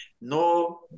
No